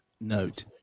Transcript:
note